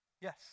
Yes